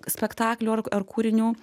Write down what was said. spektaklių ar ar kūrinių